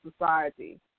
society